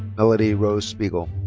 melodie rose spiegel.